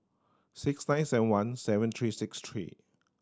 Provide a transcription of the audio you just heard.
six nine seven one seven three six three